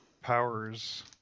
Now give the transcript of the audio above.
powers